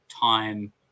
time